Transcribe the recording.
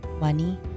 money